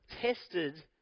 tested